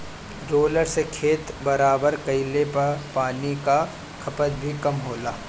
roller से खेत बराबर कइले पर पानी कअ खपत भी कम होला